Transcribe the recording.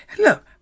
look